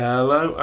Hello